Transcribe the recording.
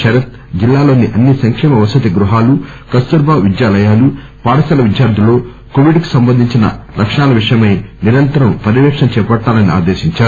శరత్ జిల్లాలోని అన్ని సంక్షేమ వసతి గృహాలు కస్తూర్బా విద్యాలయాలు పాఠశాల విద్యార్దులలో కోవిడ్ కు సంబందించిన లక్షణాల విషయమై నిరంతరం పర్యపేక్షణ చేపట్టాలని ఆదేశించారు